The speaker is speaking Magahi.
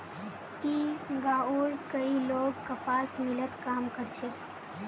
ई गांवउर कई लोग कपास मिलत काम कर छे